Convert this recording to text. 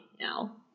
now